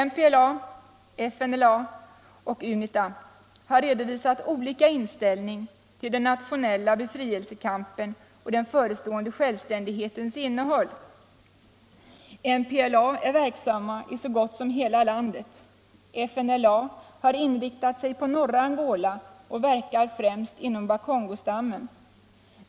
MPLA, FNLA och Unita har redovsat olika inställning till den nationella befrielsekampen och den förestående självständighetens innehåll. MPLA är verksamma i så gott som hela landet. FNLA har inriktat sig på norra Angola och verkar främst inom Bakongostammen.